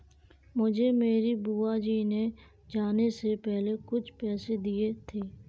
मुझे मेरी बुआ जी ने जाने से पहले कुछ पैसे दिए थे